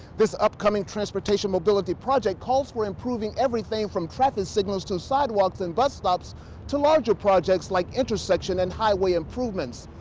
this upcoming transportation mobility project calls for improving everything from traffic signals to sidewalks and bus stops to larger projects like intersection and highway improvements.